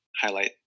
highlight